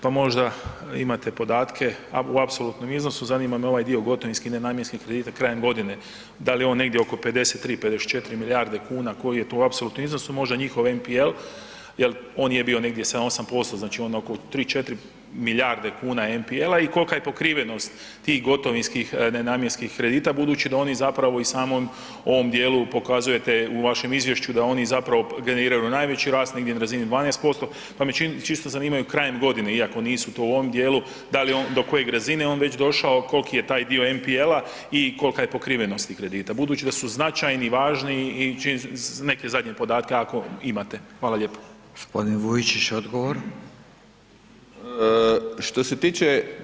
Pa možda imate podatke u apsolutnom iznosu, zanima me ovaj dio gotovinski nenamjenski kredite krajem godine, dal je on negdje oko 53-54 milijarde kuna, koji je tu apsolutni iznos, možda njihov MPL, jer on je bio negdje 7-8%, znači onda oko 3-4 milijarde kuna MPL-a, i kolika je pokrivenost tih gotovinskih nenamjenskih kredita budući da oni zapravo i samom ovom dijelu, pokazujete u vašem izvješću, da oni zapravo generiraju najveći rast, negdje na razini 12%, pa me čisto zanimaju krajem godine iako nisu to u ovom dijelu, dal je on, do koje razine je on već došao, koliki je taj dio MPL-a, i kolika je pokrivenost tih kredita budući da su značajni, važni i neke zadnje podatke ako imate.